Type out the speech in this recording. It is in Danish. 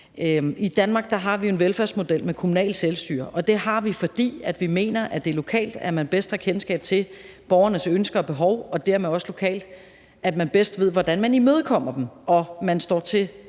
I Danmark har vi jo en velfærdsmodel med kommunalt selvstyre, og det har vi, fordi vi mener, at det er lokalt, at man har bedst kendskab til borgernes ønsker og behov, og at det dermed også er lokalt, at man bedst ved, hvordan man imødekommer dem, og hvor man står til